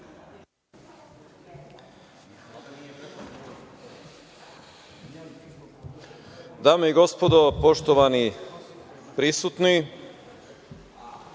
Dame i gospodo, poštovani prisutni,